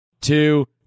two